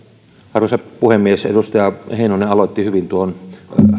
arvoisa puhemies edustaja heinonen aloitti hyvin tuon